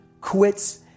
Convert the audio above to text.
quits